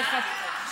מה קרה עכשיו?